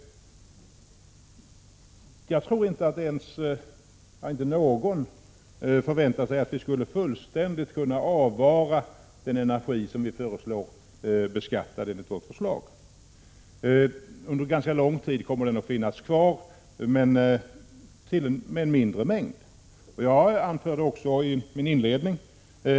Jag tror inte att någon förväntar sig att vi fullständigt skall kunna avvara den energi som vi föreslår för beskattning. Under en ganska lång tid kommer den ifrågavarande energin att finnas kvar, men i mindre mängd.